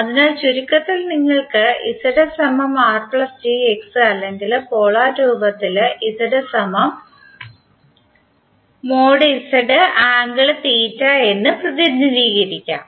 അതിനാൽ ചുരുക്കത്തിൽ നിങ്ങൾക്ക് അല്ലെങ്കിൽ പോളാർ രൂപത്തിൽ എന്ന് പ്രതിനിധീകരിക്കാം